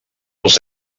els